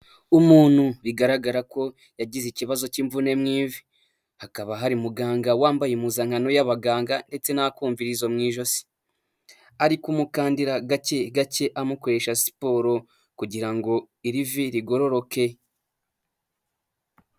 Umuntu bigaragara ko yagize ikibazo k'imvune mui ivi, hakaba hari muganga wambaye impuzankano y'abaganga ndetse n'akumvizo mu ijosi ari kumukandida gake gake amukoresha siporo kugira ngo iri vi rigororoke.